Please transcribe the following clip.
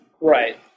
Right